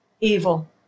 evil